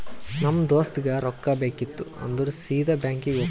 ನಮ್ ದೋಸ್ತಗ್ ರೊಕ್ಕಾ ಬೇಕಿತ್ತು ಅಂದುರ್ ಸೀದಾ ಬ್ಯಾಂಕ್ಗೆ ಹೋಗ್ತಾನ